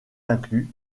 inclus